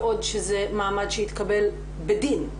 בעוד שזה מעמד שהתקבל בדין,